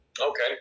Okay